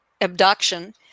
abduction